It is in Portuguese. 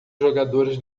jogadores